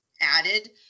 added